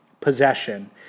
possession